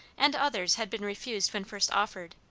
and others had been refused when first offered,